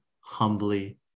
humbly